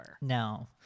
No